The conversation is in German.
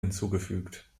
hinzugefügt